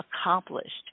accomplished